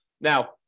Now